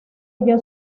ello